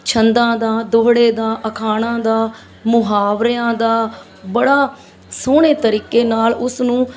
ਛੰਦਾਂ ਦਾ ਦੋਹੜੇ ਦਾ ਅਖਾਣਾਂ ਦਾ ਮੁਹਾਵਰਿਆਂ ਦਾ ਬੜਾ ਸੋਹਣੇ ਤਰੀਕੇ ਨਾਲ ਉਸਨੂੰ